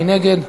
מי נגד?